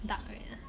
dark red ah